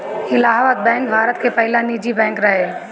Allahabad bank Bharat के पहिला निजी बैंक रहे